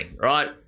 right